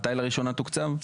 מתי לראשונה תוקצב?